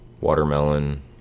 watermelon